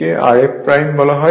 একে Rf বলে